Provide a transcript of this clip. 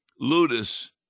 ludus